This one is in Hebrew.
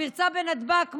הפרצה בנתב"ג,